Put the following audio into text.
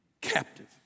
captive